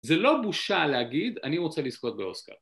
זה לא בושה להגיד, אני רוצה לזכות באוסקר.